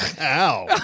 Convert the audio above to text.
Ow